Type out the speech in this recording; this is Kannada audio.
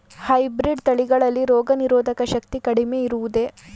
ಹೈಬ್ರೀಡ್ ತಳಿಗಳಲ್ಲಿ ರೋಗನಿರೋಧಕ ಶಕ್ತಿ ಕಡಿಮೆ ಇರುವುದೇ?